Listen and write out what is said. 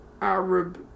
Arab